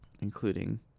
including